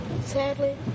Sadly